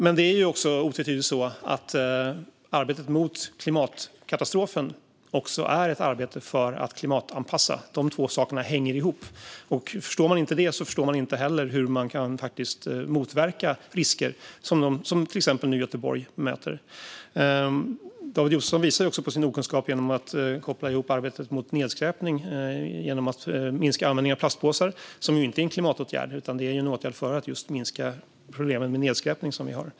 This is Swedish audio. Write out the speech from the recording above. Men det är otvetydigt så att arbetet mot klimatkatastrofen också är ett arbete för att klimatanpassa. Dessa båda saker hänger ihop. Om man inte förstår det förstår man inte heller hur man kan motverka risker som till exempel dem som Göteborg nu möter. David Josefsson visar också sin okunskap genom att koppla ihop arbetet mot nedskräpning genom att minska användningen av plastpåsar med detta. Det är ju inte en klimatåtgärd utan en åtgärd för att just minska de problem med nedskräpning som vi har.